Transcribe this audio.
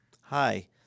Hi